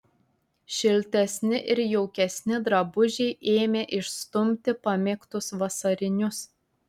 šiltesni ir jaukesni drabužiai ėmė išstumti pamėgtus vasarinius